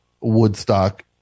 Woodstock